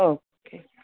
okay